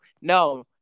no